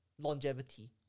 longevity